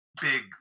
big